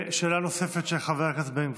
שאלה נוספת, של חבר הכנסת בן גביר.